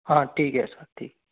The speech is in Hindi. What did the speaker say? हाँ ठीक है सर ठीक